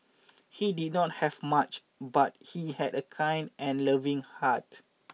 he did not have much but he had a kind and loving heart